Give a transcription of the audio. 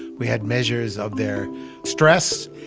we had measures of their stress.